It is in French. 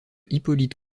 hippolyte